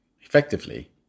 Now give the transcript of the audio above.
Effectively